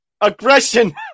Aggression